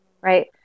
right